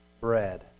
bread